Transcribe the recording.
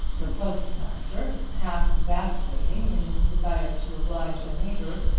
the postmaster, half vacillating in his desire to oblige a neighbour,